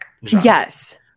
Yes